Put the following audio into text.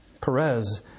Perez